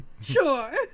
Sure